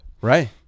right